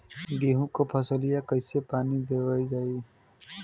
गेहूँक फसलिया कईसे पानी देवल जाई?